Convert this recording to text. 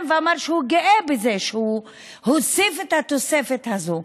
ואמר שהוא גא בזה שהוא הוסיף את התוספת הזאת.